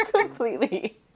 Completely